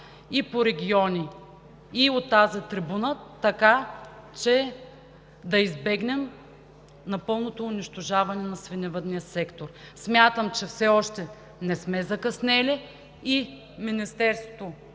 и по региони, и от тази трибуна, така че да избегнем пълното унищожаване на свиневъдния сектор. Смятам, че все още не сме закъснели. Министерството